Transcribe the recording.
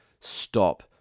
stop